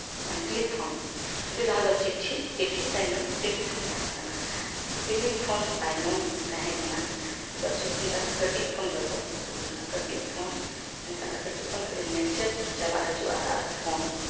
ᱢᱟᱱᱮ telephone ᱟᱹᱰᱤ ᱞᱟᱦᱟ ᱫᱚ ᱪᱤᱴᱷᱤ ᱪᱤᱴᱷᱤ ᱛᱟᱭᱱᱚᱢ ᱴᱮᱞᱤᱯᱷᱳᱱ ᱛᱟᱦᱮᱸᱠᱟᱱᱟ ᱴᱮᱞᱤᱯᱷᱳᱱ ᱛᱟᱭᱱᱚᱢ ᱛᱟᱦᱮᱸᱠᱟᱱᱟ ᱱᱤᱛᱳᱜ ᱴᱮᱞᱤᱯᱷᱳᱱ ᱛᱟᱭᱱᱚᱢ ᱠᱟᱹᱴᱤᱡ ᱯᱷᱳᱱ ᱩᱰᱩᱠᱱᱟ ᱠᱟᱹᱴᱤᱡ ᱯᱷᱳᱱ ᱢᱮᱱᱠᱷᱟᱱ ᱚᱱᱟ ᱠᱟᱹᱴᱤᱡ ᱯᱷᱳᱱ ᱠᱷᱟᱞᱤ ᱢᱮᱥᱮᱡ ᱜᱮ ᱪᱟᱞᱟᱜ ᱦᱟᱡᱩᱜᱼᱟ ᱟᱨ ᱯᱷᱳᱱ